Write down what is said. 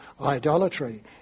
idolatry